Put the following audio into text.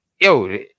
yo